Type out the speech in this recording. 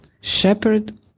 shepherd